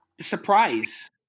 Surprise